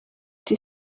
uti